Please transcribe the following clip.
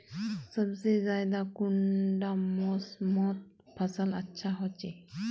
सबसे ज्यादा कुंडा मोसमोत फसल अच्छा होचे?